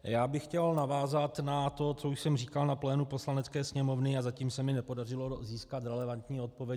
Já bych chtěl navázat na to, co už jsem říkal na plénu Poslanecké sněmovny, a zatím se mi nepodařilo získat relevantní odpověď.